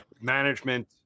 Management